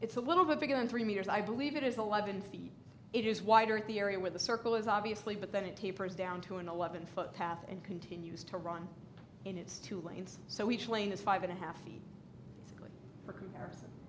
it's a little bit bigger than three meters i believe it is a live in feed it is wider at the area where the circle is obviously but then it tapers down to an eleven foot path and continues to run in it's two lanes so each lane is five and a half feet for comparison